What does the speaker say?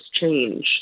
change